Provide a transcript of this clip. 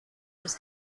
was